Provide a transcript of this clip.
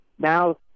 Now